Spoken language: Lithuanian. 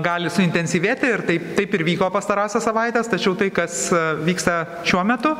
gali suintensyvėti ir taip taip ir vyko pastarąsias savaites tačiau tai kas vyksta šiuo metu